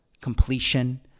completion